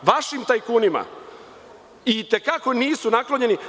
Vašim tajkunima i te kako nisu naklonjeni.